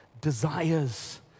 desires